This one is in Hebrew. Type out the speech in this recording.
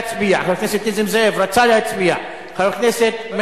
ההצבעה שלהם